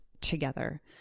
together